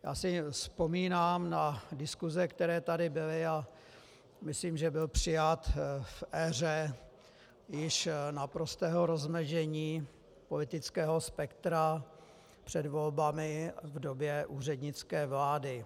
Já si vzpomínám na diskuse, které tady byly, a myslím, že byl přijat v éře již naprostého rozložení politického spektra před volbami v době úřednické vlády.